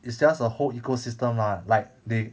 it's just a whole ecosystem or like the